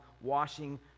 washing